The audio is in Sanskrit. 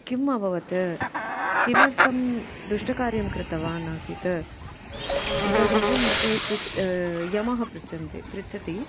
किम् अभवत् किमर्थं दुष्टकार्यं कृतवान् आसीत् एतादृशं ते पृच् यमः पृच्छन्ति पृच्छन्ति